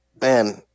man